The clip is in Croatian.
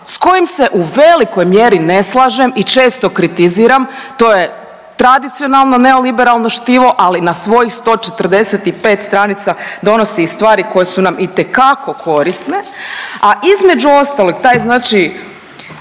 s kojim se u velikom mjeru ne slažem i često kritiziram to je tradicionalno neoliberalno štivo, ali na svojih 145 stranica donosi i stvari koje su nam itekako korisne, a između ostalog taj je znači